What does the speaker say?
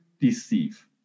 deceive